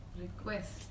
request